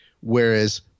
whereas